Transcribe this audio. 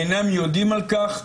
אינם יודעים על כך,